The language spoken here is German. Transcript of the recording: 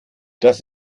das